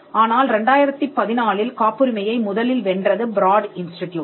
ஆனால் 2014 இல் காப்புரிமையை முதலில் வென்றது பிராட் இன்ஸ்டிட்யூட்